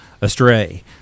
astray